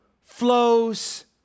flows